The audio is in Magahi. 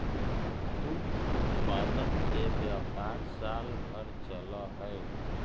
दुग्ध उत्पादन के व्यापार साल भर चलऽ हई